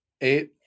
Eight